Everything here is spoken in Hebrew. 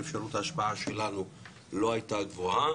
אפשרות ההשפעה שלנו לא הייתה גבוהה